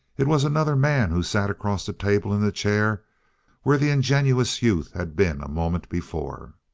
it was another man who sat across the table in the chair where the ingenuous youth had been a moment before.